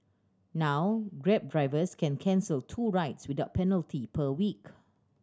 now Grab drivers can cancel two rides without penalty per week